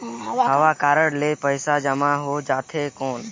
हव कारड ले पइसा जमा हो जाथे कौन?